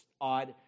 odd